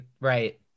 Right